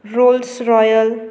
Rolls Royce